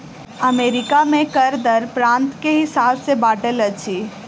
America में कर दर प्रान्त के हिसाब सॅ बाँटल अछि